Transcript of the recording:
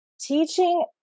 teaching